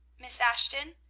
miss ashton,